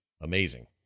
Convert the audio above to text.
amazing